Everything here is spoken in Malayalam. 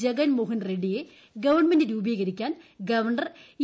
ജഗൻ മോഹൻ റെഡ്നിയെ ഗവൺമെന്റ് രൂപീകരിക്കാൻ ഗവർണർ ഇ